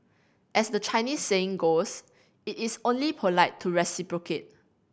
as the Chinese saying goes it is only polite to reciprocate